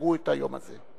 חגגו את היום הזה.